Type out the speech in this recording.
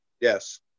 yes